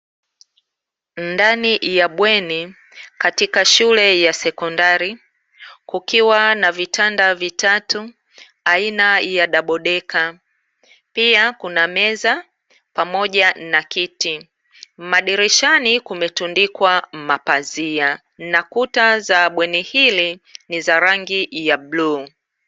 Ndani ya bweni katika shule ya sekondari, kukiwa na vitanda vitatu aina ya dabodeka. Pia, kuna meza pamoja na kiti. Madirishani kumetundikwa mapazia. Na kuta za bweni hili ni za rangi ya bluu.